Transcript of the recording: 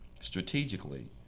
strategically